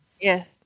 Yes